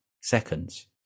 seconds